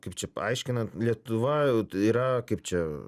kaip čia paaiškinan lietuva yra kaip čia